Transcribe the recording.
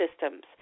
systems